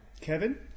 Kevin